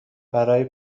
برای